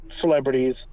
celebrities